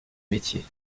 métier